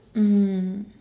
mmhmm